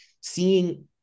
seeing